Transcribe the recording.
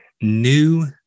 new